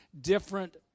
different